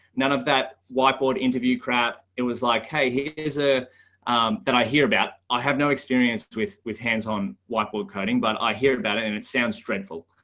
none of that whiteboard interview crap. it was like, hey, he is a that i hear about i have no experience with with with hands on whiteboard coding, but i hear about it and it sounds dreadful.